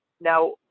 Now